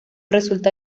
resulta